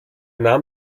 nahm